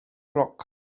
roc